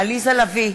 עליזה לביא,